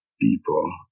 people